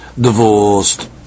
divorced